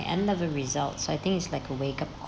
N level results I think is like a wake up